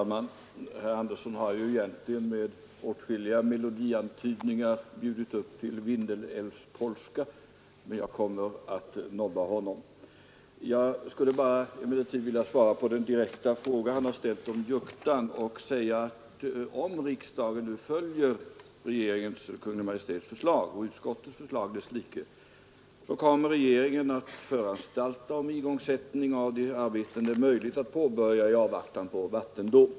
Herr talman! Herr Andersson i Örträsk har ju egentligen med åtskilliga melodiantydningar bjudit upp till Vindelälvspolska, men jag kommer att nobba honom. Jag skulle emellertid bara vilja svara på den fråga herr Andersson har ställt om Juktanprojektet och säga att om riksdagen nu följer Kungl. Maj:ts och desslikes utskottets förslag kommer regeringen att föranstalta om igångsättning av de arbeten som det är möjligt att påbörja i avvaktan på vattendom.